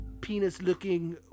penis-looking